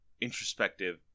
introspective